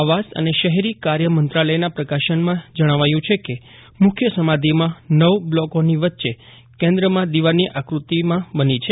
આવાસ અને શહેરી કાર્ય મંત્રાલયના પ્રકાશનમાં જજ્ઞાવાયું છે કે મુખ્ય સમાધિમાં નવ બ્લોકોની વચ્ચે કેન્દ્રમાં દીવાની આકૃ તિમાં બની છે